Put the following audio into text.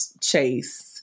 Chase